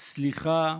סליחה.